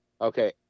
Okay